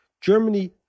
Germany